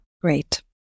Great